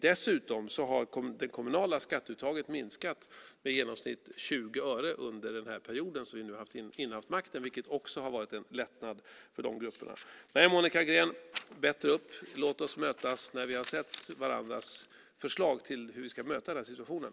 Dessutom har det kommunala skatteuttaget minskat med i genomsnitt 20 öre under den period som vi har innehaft makten, vilket också har varit en lättnad för de grupperna. Nej, Monica Green, bättre upp! Låt oss mötas när vi har sett varandras förslag till hur vi ska möta den här situationen.